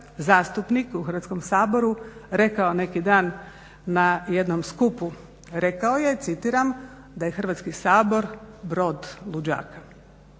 zastupnik u Hrvatskom saboru rekao neki dan na jednom skupu rekao je, citiram da je Hrvatski sabor brod luđaka.